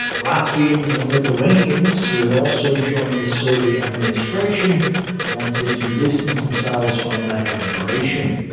latvians and lithuanians who had also joined the soviet administration wanted to distance themselves from their collaboration,